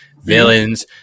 villains